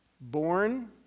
born